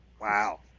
Wow